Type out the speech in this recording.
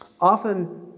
often